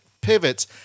pivots